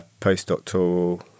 Postdoctoral